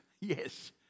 yes